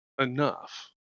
enough